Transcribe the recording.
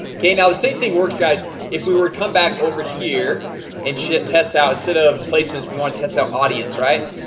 okay now the same thing works guys if we were to come back over here and shit test out instead of placements we want to test out audience, right?